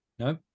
No